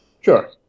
Sure